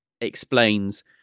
explains